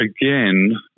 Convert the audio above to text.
again